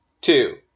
two